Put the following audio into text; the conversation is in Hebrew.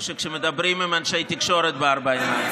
או כשהם מדברים עם אנשי תקשורת בארבע עיניים.